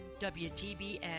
WTBN